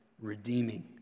redeeming